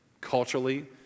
culturally